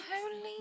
Holy